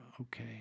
Okay